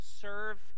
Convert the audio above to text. serve